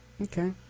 Okay